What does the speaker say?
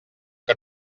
que